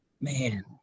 man